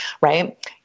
right